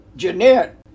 Jeanette